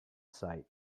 sight